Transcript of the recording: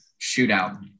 Shootout